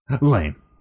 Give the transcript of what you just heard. Lame